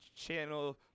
Channel